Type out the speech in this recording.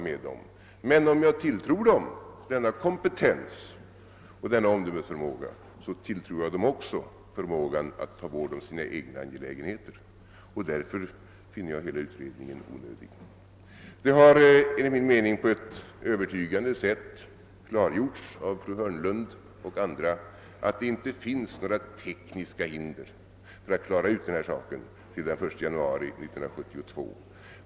Men om jag tilltror dem denna kompetens och omdömesförmåga, tilltror jag dem också förmågan att ta vård om sina egna angelägenheter, och därför finner jag hela undersökningen onödig. Det har enligt min mening på ett övertygande sätt klargjorts av fru Hörnlund och andra att det inte finns några tekniska hinder för att klara ut denna sak till den 1 januari 1972.